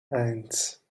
eins